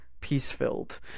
peace-filled